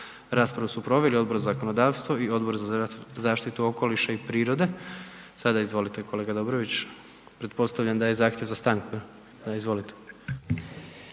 Raspravu su proveli Odbor za zakonodavstvo i Odbor za zaštitu okoliša i prirode. Sada izvolite kolega Dobrović. Pretpostavljam da je zahtjev za stanku. Izvolite.